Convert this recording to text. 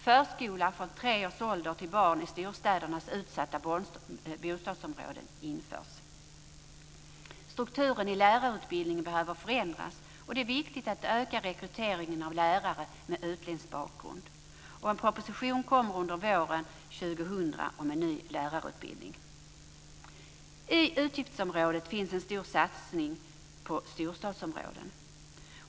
Förskola från tre års ålder för barn i storstädernas utsatta bostadsområden införs. Strukturen i lärarutbildningen behöver förändras. Det är viktigt att öka rekryteringen av lärare med utländsk bakgrund. En proposition om en ny lärarutbildning kommer under våren år 2000. I utgiftsområdet finns en stor satsning på storstadsområden.